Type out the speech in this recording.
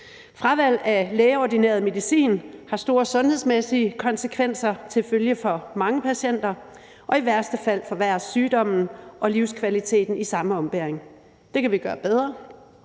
Fravalg af lægeordineret medicin har store sundhedsmæssige konsekvenser for mange patienter, og i værste fald forværres sygdommen og livskvaliteten i samme ombæring. Det kan vi gøre bedre,